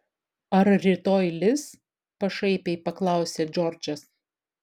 ar rytoj lis pašaipiai paklausė džordžas